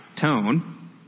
tone